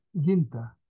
Ginta